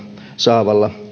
saavalla